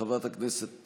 חברת הכנסת